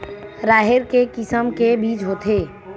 राहेर के किसम के बीज होथे?